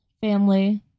family